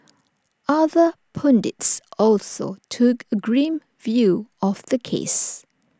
other pundits also took A grim view of the case